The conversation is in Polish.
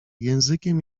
językiem